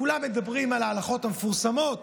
כולם מדברים על ההלכות המפורסמות,